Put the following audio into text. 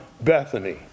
Bethany